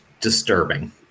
disturbing